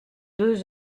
deux